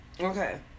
Okay